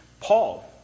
Paul